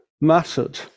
mattered